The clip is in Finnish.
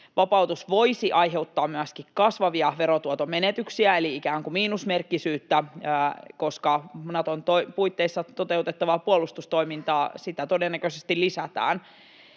Vapautus voisi aiheuttaa myöskin kasvavia verotuoton menetyksiä eli ikään kuin miinusmerkkisyyttä, koska Naton puitteissa toteutettavaa puolustustoimintaa todennäköisesti lisätään.